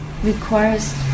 requires